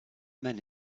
men